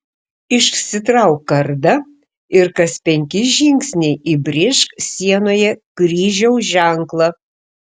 išsitrauk kardą ir kas penki žingsniai įbrėžk sienoje kryžiaus ženklą